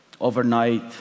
Overnight